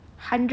oh